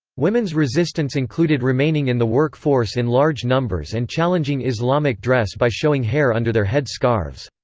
women's resistance included remaining in the work force in large numbers and challenging islamic dress by showing hair under their head scarves.